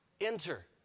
Enter